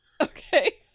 okay